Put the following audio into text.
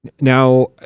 Now